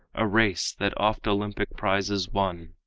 a race that oft olympic prizes won,